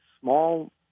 small